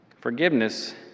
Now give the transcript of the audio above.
Forgiveness